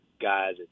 guys